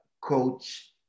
coach